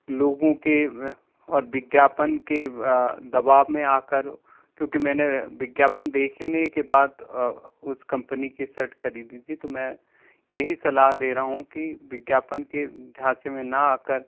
लोगों के और विज्ञापन के दबाव में आकर क्योंकि मैंने विज्ञापन देखने के बाद उस कंपनी के सेट खरीदी थी तो मैं यही सलाह दे रहा हूँ कि विज्ञापन के झांसे से में ना आकर